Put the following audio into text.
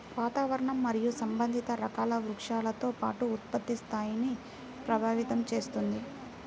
వాతావరణం మరియు సంబంధిత రకాల వృక్షాలతో పాటు ఉత్పత్తి స్థాయిని ప్రభావితం చేస్తుంది